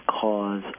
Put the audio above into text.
cause